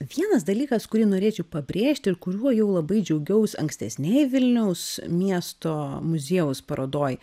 vienas dalykas kurį norėčiau pabrėžti ir kuriuo jau labai džiaugiaus ankstesnėj vilniaus miesto muziejaus parodoj